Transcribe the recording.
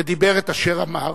ודיבר את אשר אמר,